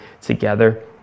together